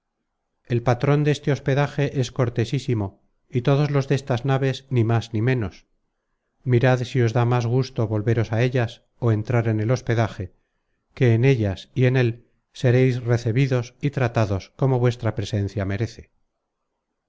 todos va content from google book search generated at los destas naves ni más ni ménos mirad si os da mas gusto volveros á ellas ó entrar en el hospedaje que en ellas y en él seréis recebidos y tratados como vuestra presencia merece